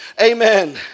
amen